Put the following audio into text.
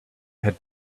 had